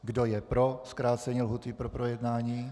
Kdo je pro zkrácení lhůty k projednání?